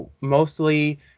mostly